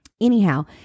anyhow